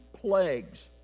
plagues